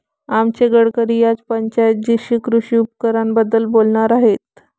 आमचे गावकरी आज पंचायत जीशी कृषी उपकरणांबद्दल बोलणार आहेत